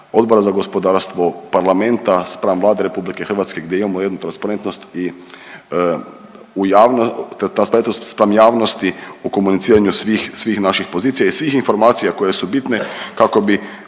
Odbora za gospodarstvo, parlamenta spram Vlade RH gdje imamo jednu transparentnost i u .../nerazumljivo/... transparentnost spram javnosti u komuniciranju svih naših pozicija i svih informacija koje su bitne kako bi